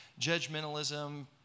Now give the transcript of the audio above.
judgmentalism